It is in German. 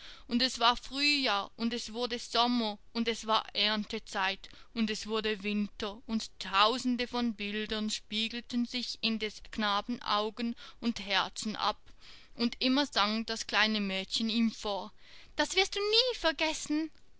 und es war frühjahr und es wurde sommer und es war erntezeit und es wurde winter und tausende von bildern spiegelten sich in des knaben augen und herzen ab und immer sang das kleine mädchen ihm vor das wirst du nie vergessen